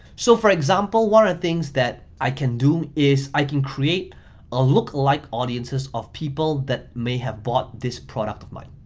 so for example, one of the things that i can do is i can create a lookalike audiences of people that may have bought this product of mine.